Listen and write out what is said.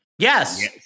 Yes